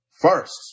First